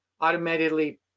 automatically